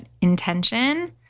intention